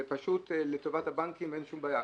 זה פשוט לטובת הבנקים, אין שום בעיה.